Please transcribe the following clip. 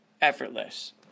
effortless